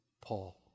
Paul